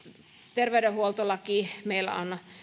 terveydenhuoltolaki meillä on